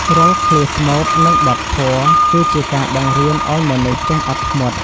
រាល់ឃ្លាស្មូត និងបទធម៌ គឺជាការបង្រៀនឱ្យមនុស្សចេះអត់ធ្មត់។